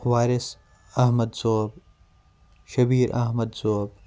Waris Ahmad Sahab Shabir Ahmad Sahib